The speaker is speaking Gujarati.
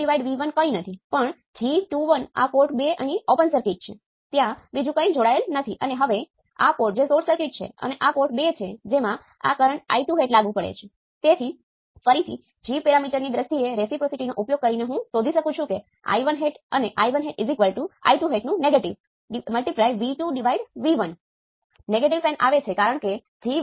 તેથી અંતિમ લીટી એ છે કે KCL સમીકરણને ઓપ એમ્પ નું વિશ્લેષણ કરીએ છીએ